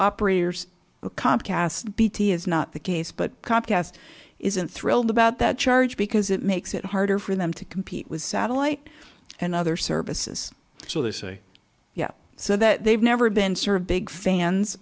operators comp cast bt is not the case but comcast isn't thrilled about that charge because it makes it harder for them to compete with satellite and other services so they say yeah so that they've never been served big fans